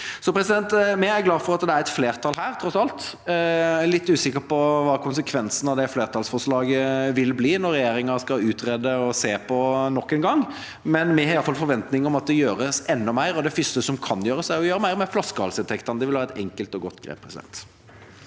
situasjon. Vi er glad for at det er et flertall her, tross alt. Jeg er litt usikker på hva konsekvensen av det flertallsforslaget vil bli når regjeringen skal utrede og se på det nok en gang. Vi har iallfall forventning om at det gjøres enda mer, og det første som kan gjøres, er å gjøre mer med flaskehalsinntektene. Det vil være et enkelt og godt grep.